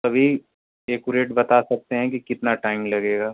तभी एकुरेट बता सकते हैं कि कितना टाइम लगेगा